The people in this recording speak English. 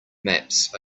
maps